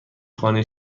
خانه